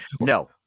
no